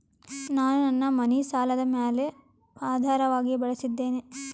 ನಾನು ನನ್ನ ಮನಿ ಸಾಲದ ಮ್ಯಾಲ ಆಧಾರವಾಗಿ ಬಳಸಿದ್ದೇನೆ